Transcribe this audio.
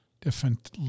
different